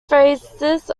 phases